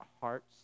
hearts